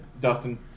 Dustin